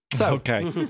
Okay